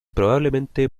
probablemente